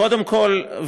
קודם כול,